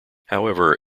however